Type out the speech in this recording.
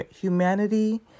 humanity